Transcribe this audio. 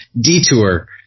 detour